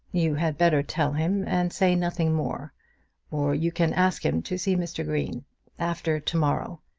you had better tell him and say nothing more or you can ask him to see mr. green after to-morrow.